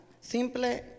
Simple